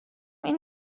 این